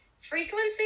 frequency